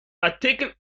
artikel